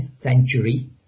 century